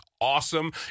awesome